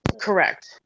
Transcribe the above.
Correct